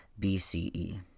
BCE